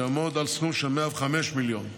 שיעמוד על 105 מיליון ש"ח,